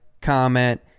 comment